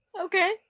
Okay